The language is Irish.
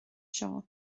seo